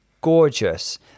gorgeous